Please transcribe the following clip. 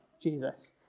Jesus